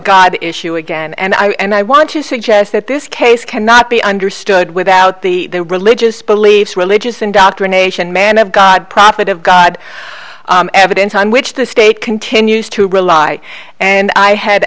god issue again and i and i want to suggest that this case cannot be understood without the religious beliefs religious indoctrination man of god prophet of god evidence on which the state continues to rely and i had